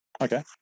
okay